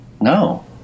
No